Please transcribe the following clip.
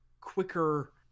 quicker